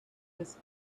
his